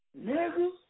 Nigga